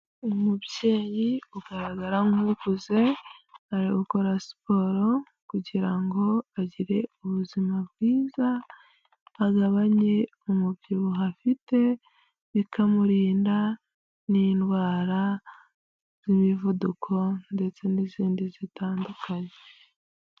Umubyeyi ugaragara nk'uguze arakora siporo kugira ngo agire ubuzima bwiza agabanye umubyibuho afite bikamurinda n'indwara z'imivuduko ndetse n'izindi zitandukanye.